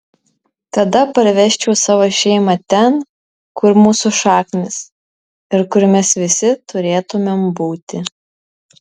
tada parvežčiau savo šeimą ten kur mūsų šaknys ir kur mes visi turėtumėm būti